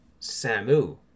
Samu